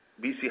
BC